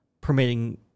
permitting